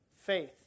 faith